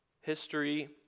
history